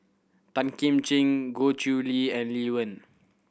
Tan Kim Ching Goh Chiew Lye and Lee Wen